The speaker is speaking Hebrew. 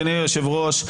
אדוני היושב-ראש,